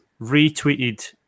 retweeted